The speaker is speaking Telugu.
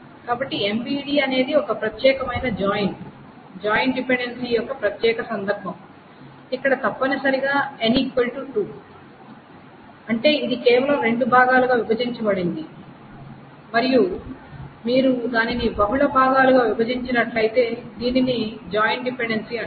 కాబట్టి MVD అనేది ఒక ప్రత్యేకమైన జాయిన్ జాయిన్ డిపెండెన్సీ యొక్క ప్రత్యేక సందర్భం ఇక్కడ తప్పనిసరిగా n 2 ఇది కేవలం రెండు భాగాలుగా విభజించబడింది మరియు మీరు దానిని బహుళ భాగాలుగా విభజించినట్లయితే దీనిని జాయిన్ డిపెండెన్సీ అంటారు